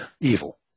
evil